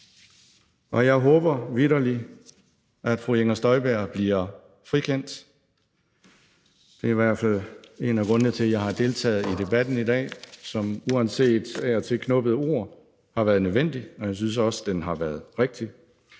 og jeg håber vitterlig, at fru Inger Støjberg bliver frikendt. Det er i hvert fald en af grundene til, at jeg har deltaget i debatten i dag, som uanset af og til knubbede ord har været nødvendig, og jeg synes også, at den har været rigtig.